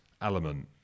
element